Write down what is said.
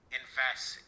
invest